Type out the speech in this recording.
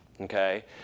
okay